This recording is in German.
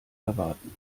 erwarten